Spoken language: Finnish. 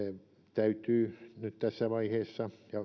täytyy nyt tässä vaiheessa ja